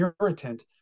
irritant